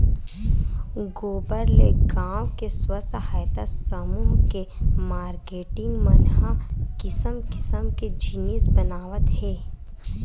गोबर ले गाँव के स्व सहायता समूह के मारकेटिंग मन ह किसम किसम के जिनिस बनावत हे